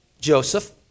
Joseph